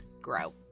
grow